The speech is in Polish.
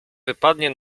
wypadnie